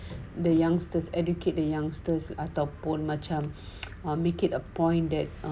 the youngsters educate the youngsters ataupun macam make it a point that